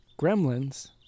Gremlins